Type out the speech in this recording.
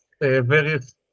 various